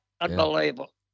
Unbelievable